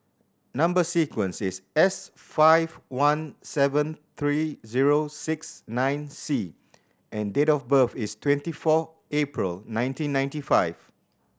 number sequence is S five one seven three zero six nine C and date of birth is twenty four April nineteen ninety five